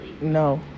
No